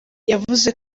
yavuze